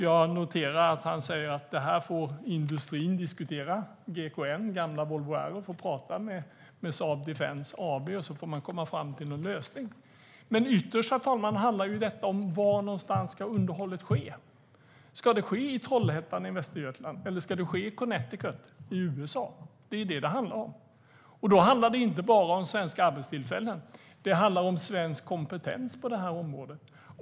Jag noterar att han säger att industrin får diskutera det här. GKN, gamla Volvo Aero, får prata med Saab Defence, och så får man komma fram till en lösning. Men ytterst, herr talman, handlar detta om: Var någonstans ska underhållet ske? Ska det ske i Trollhättan i Västergötland? Eller ska det ske i Connecticut i USA? Det är det som det handlar om. Då handlar det inte bara om svenska arbetstillfällen. Det handlar om svensk kompetens på det här området.